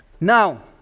Now